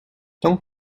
tant